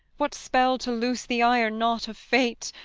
what spell to loose the iron knot of fate?